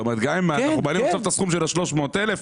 כלומר גם אם אנחנו מעלים עכשיו את הסכום של ה-300,000 שקל,